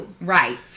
Right